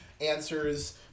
answers